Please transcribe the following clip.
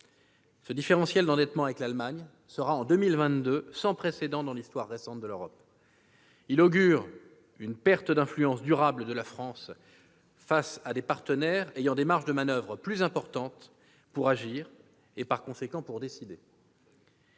Ce différentiel d'endettement avec l'Allemagne en 2022 sera sans précédent dans l'histoire récente de l'Europe. Il augure une perte d'influence durable de la France face à des partenaires disposant de marges de manoeuvre plus importantes pour agir et, par conséquent, pour décider.